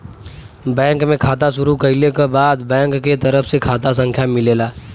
bank में खाता शुरू कइले क बाद बैंक के तरफ से खाता संख्या मिलेला